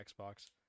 Xbox